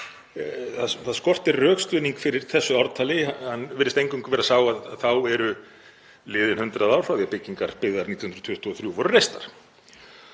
Það skortir rökstuðning fyrir þessu ártali, hann virðist eingöngu vera sá að þá eru liðin 100 ár frá því að byggingar byggðar 1923 voru reistar.